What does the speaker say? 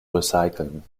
recyceln